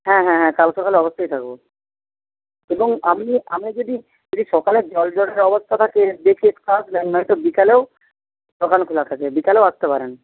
হ্যাঁ হ্যাঁ হ্যাঁ কাল সকালে অবশ্যই থাকবো এবং আপনি আমি যদি যদি সকালে জল ঝড়ের অবস্থা থাকে দেখে একটু আসবেন নয়তো বিকালেও দোকান খোলা থাকে বিকালেও আসতে পারেন